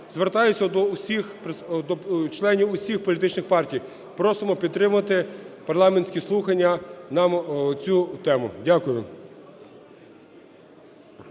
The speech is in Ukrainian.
Звертаюсь до членів всіх політичних партій: просимо підтримати парламентські слухання на цю тему. Дякую.